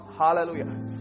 hallelujah